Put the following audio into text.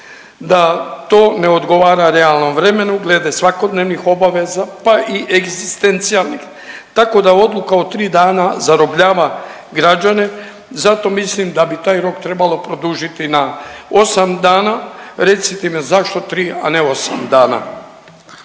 da to ne odgovara realnom vremenu glede svakodnevnih obaveza pa i egzistencijalnih tako da odluka od 3 dana zarobljava građane. Zato mislim da bi taj rok trebalo produžiti na 8 dana. Recite mi zašto 3, a ne 8 dana.